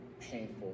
painful